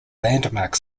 landmark